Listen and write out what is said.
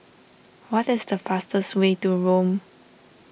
what is the fastest way to Rome